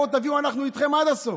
בואו, תביאו, אנחנו איתכם עד הסוף.